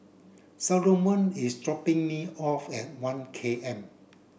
Salomon is dropping me off at One K M